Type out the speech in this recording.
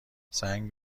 زنگ